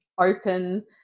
open